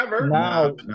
now